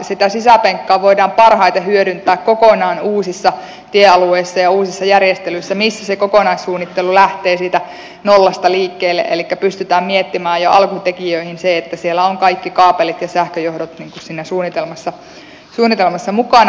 sitä sisäpenkkaa voidaan parhaiten hyödyntää kokonaan uusissa tiealueissa ja uusissa järjestelyissä missä se kokonaissuunnittelu lähtee nollasta liikkeelle elikkä pystytään miettimään jo alkutekijöissä se että kaikki kaapelit ja sähköjohdot ovat siinä suunnitelmassa mukana